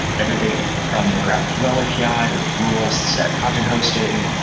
everything from the graphql api to rule set content hosting,